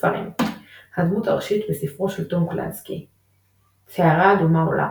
ספרים הדמות הראשית בספרו של טום קלנסי "סערה אדומה עולה",